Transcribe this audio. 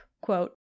quote